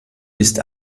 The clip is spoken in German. ist